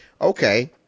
okay